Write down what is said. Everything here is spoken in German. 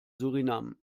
suriname